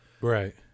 right